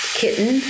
kitten